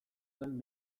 zen